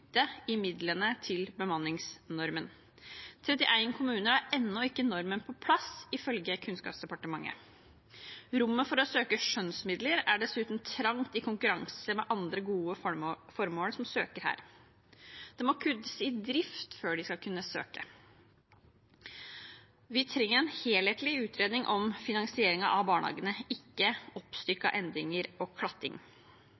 i midlene til bemanningsnormen. 31 kommuner har ennå ikke normen på plass, ifølge Kunnskapsdepartementet. Rommet for å søke skjønnsmidler er dessuten trangt i konkurranse med andre gode formål som søker her. Det må kuttes i drift før de skal kunne søke. Vi trenger en helhetlig utredning om finansieringen av barnehagene, ikke